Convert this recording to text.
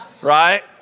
right